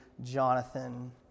Jonathan